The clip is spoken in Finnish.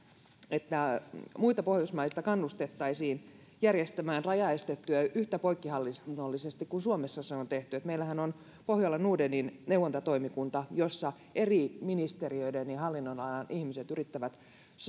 että muita pohjoismaita kannustettaisiin järjestämään rajaestetyö yhtä poikkihallinnollisesti kuin suomessa se on tehty meillähän on pohjola nordenin neuvontatoimikunta jossa eri ministeriöiden ja hallinnonalojen ihmiset yrittävät